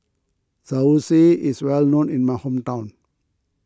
Zosui is well known in my hometown